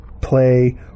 play